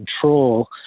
control